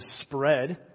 spread